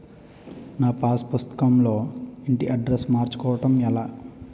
నా పాస్ పుస్తకం లో ఇంటి అడ్రెస్స్ మార్చుకోవటం ఎలా?